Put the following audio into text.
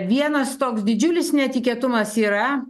vienas toks didžiulis netikėtumas yra